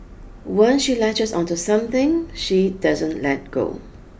once she latches onto something she doesn't let go